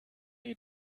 die